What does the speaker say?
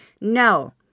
No